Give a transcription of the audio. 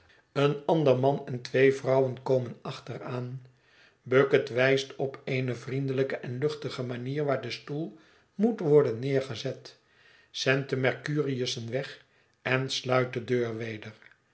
een ander man en twee vrouwen komen achteraan bucket wijst op eene vriendelijke en luchtige manier waar de stoel moet worden neergezet zendt de mercurius'en weg en sluit de deur weder